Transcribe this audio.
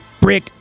brick